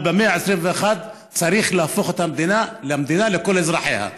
אבל במאה ה-21 צריך להפוך את המדינה למדינה לכל אזרחיה,